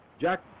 Jack